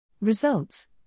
Results